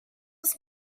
was